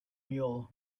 mule